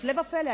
והפלא ופלא,